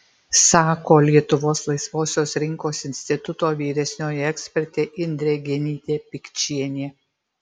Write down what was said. sako lietuvos laisvosios rinkos instituto vyresnioji ekspertė indrė genytė pikčienė